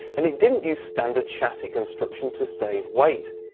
and it didn't use standard chassis construction to save weight.